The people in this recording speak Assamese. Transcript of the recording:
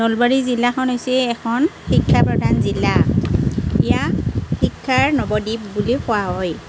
নলবাৰী জিলাখন হৈছে এখন শিক্ষাপ্ৰধান জিলা ইয়াক শিক্ষাৰ নৱদ্বীপ বুলিও কোৱা হয়